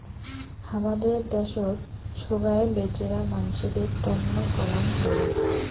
হামাদের দ্যাশোত সোগায় বেচেরা মানসিদের তন্ন করাং হই